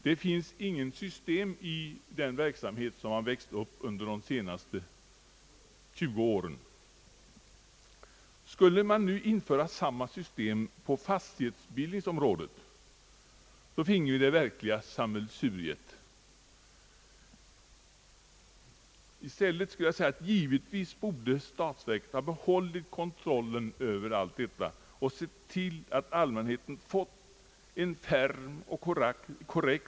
Det finns inte något system i den grundkarteverksamhet som har växt upp under de senaste 20 åren. Skulle man nu införa samma system på fastighetsbildningsområdet, finge vi det verkliga sammelsuriet. I stället, skulle jag vilja säga, borde givetvis statsverket ha fått kontrollen över allt detta och sett till att allmänheten fick en ferm och korrekt service.